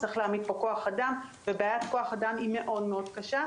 צריך להעמיד פה כוח אדם ובעיית כוח האדם היא מאוד קשה,